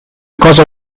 cosa